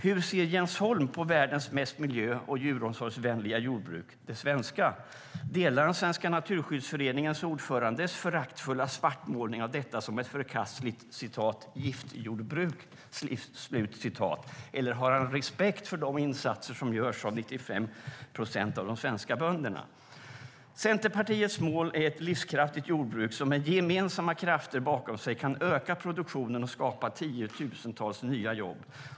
Hur ser Jens Holm på världens mest miljö och djuromsorgsvänliga jordbruk - det svenska? Delar han Naturskyddsföreningens ordförandes föraktfulla svartmålning av detta som ett förkastligt giftjordbruk, eller har han respekt för de insatser som görs av 95 procent av de svenska bönderna? Centerpartiets mål är ett livskraftigt jordbruk som med gemensamma krafter bakom sig kan öka produktionen och skapa tiotusentals nya jobb.